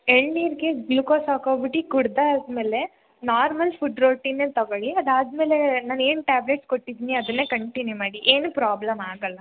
ಎಳ್ನೀರಿಗೆ glucose ಹಾಕೊಬಿಟ್ಟು ಕುಡಿದಾದ್ಮೇಲೆ normal food ರೋಟಿನೆ ತಗೊಳ್ಳಿ ಅದಾದಮೇಲೇ ನಾನು ಏನು ಟ್ಯಾಬ್ಲೆಟ್ ಕೊಟ್ಟಿದೀನಿ ಅದನ್ನೇ ಕಂಟಿನ್ಯೂ ಮಾಡಿ ಏನು ಪ್ರಾಬ್ಲಮ್ ಆಗೋಲ್ಲ